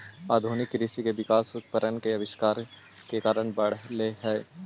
आधुनिक कृषि के विकास उपकरण के आविष्कार के कारण बढ़ले हई